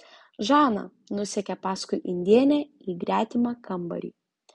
žana nusekė paskui indėnę į gretimą kambarį